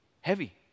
heavy